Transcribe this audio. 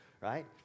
right